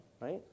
right